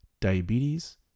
diabetes